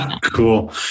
Cool